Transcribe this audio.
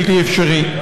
בלתי אפשרי.